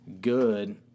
good